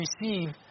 receive